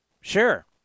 Sure